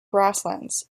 grasslands